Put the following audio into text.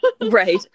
Right